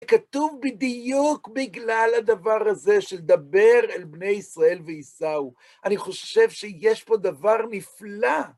כתוב בדיוק בגלל הדבר הזה של דבר אל בני ישראל ויסעו. אני חושב שיש פה דבר נפלא!